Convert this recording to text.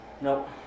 Nope